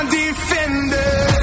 defender